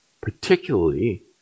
particularly